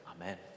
Amen